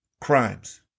crimes